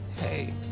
Hey